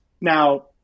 now